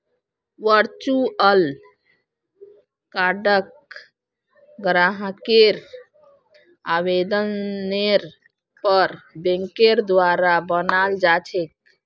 virtual कार्डक ग्राहकेर आवेदनेर पर बैंकेर द्वारा बनाल जा छेक